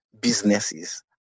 businesses